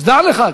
דע לך,